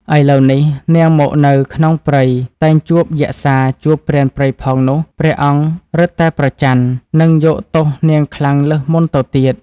ឥឡូវនេះនាងមកនៅក្នុងព្រៃតែងជួបយក្សាជួបព្រានព្រៃផងនោះព្រះអង្គរឹតតែប្រច័ណ្ឌ និងយកទោសនាងខ្លាំងលើសមុនទៅទៀត។